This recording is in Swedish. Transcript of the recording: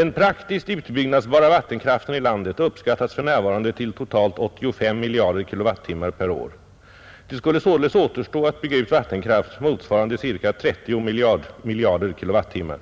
Den praktiskt utbyggnadsbara vattenkraften i landet uppskattas för närvarande till totalt ca 85 miljarder kilowattimmar per år. Det skulle således återstå att bygga ut vattenkraft motsvarande ca 30 miljarder kilowattimmar.